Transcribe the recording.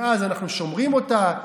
ומאז אנחנו שומרים אותה.